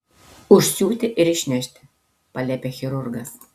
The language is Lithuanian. užsiūti ir išnešti paliepė chirurgas